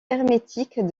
hermétiques